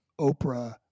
Oprah